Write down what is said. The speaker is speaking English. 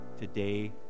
today